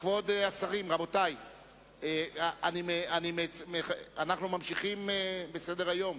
השרים, רבותי, אנחנו ממשיכים בסדר-היום.